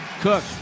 Cook